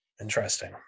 interesting